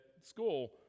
school